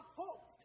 hope